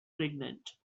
pregnant